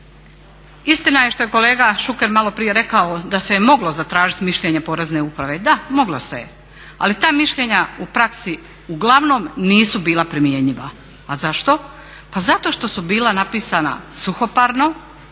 Istina je što je kolega Šuker maloprije rekao da se moglo zatražit mišljenje porezne uprave, da moglo se ali ta mišljenja u praksi uglavnom nisu bila primjenjiva. A zašto, zato što su bila napisana suhoparno,